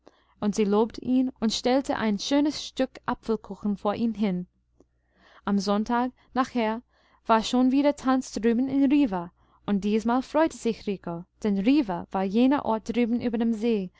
und sie lobte ihn und stellte ein schönes stück apfelkuchen vor ihn hin am sonntag nachher war schon wieder tanz drüben in riva und diesmal freute sich rico denn riva war jener ort drüben über dem see